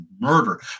murder